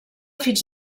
fins